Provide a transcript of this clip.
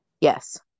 Yes